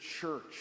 church